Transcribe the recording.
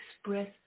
express